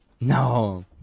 No